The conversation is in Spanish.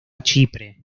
chipre